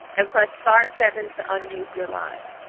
and press star-seven to unmute your line.